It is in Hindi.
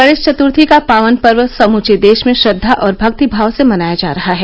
गणेश चत्र्थी का पावन पर्व समूचे देश में श्रद्वा और भक्तिभाव से मनाया जा रहा है